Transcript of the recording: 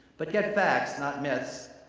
but get facts, not myths,